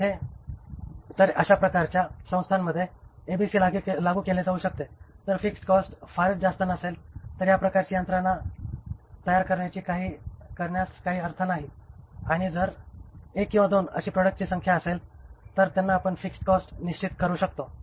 तेथे अशा प्रकारच्या संस्थांमध्ये एबीसी लागू केले जाऊ शकते जर फिक्स्ड कॉस्ट फारच जास्त नसेल तर या प्रकारची यंत्रणा तयार करण्यात काही अर्थ नाही आणि जर 1 किंवा 2 अशी प्रॉडक्टसची संख्या असेल तर त्यांना आपण फिक्स्ड कॉस्ट निश्चित करू शकतो